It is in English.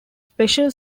special